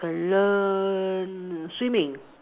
I learn swimming